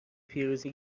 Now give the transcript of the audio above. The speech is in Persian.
پیروزی